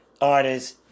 artists